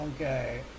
Okay